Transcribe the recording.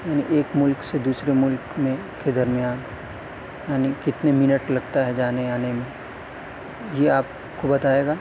یعنی ایک ملک سے دوسرے ملک میں کے درمیان یعنی کتنے منٹ لگتا ہے جانے آنے میں یہ آپ کو بتائے گا